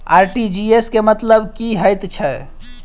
RTGS केँ मतलब की हएत छै?